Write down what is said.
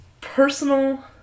personal